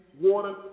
water